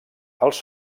als